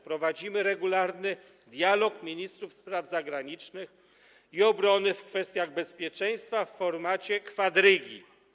Prowadzimy regularny dialog ministrów spraw zagranicznych i obrony w kwestiach bezpieczeństwa w formacie kwadrygi.